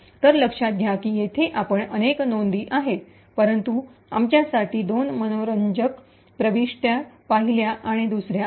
तर लक्षात घ्या की येथे आपल्या अनेक नोंदी आहेत परंतु आमच्यासाठी दोन मनोरंजक प्रविष्ट्या पहिल्या आणि दुसर्या आहेत